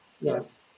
yes